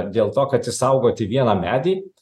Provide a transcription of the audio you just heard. dėl to kad išsaugoti vieną medį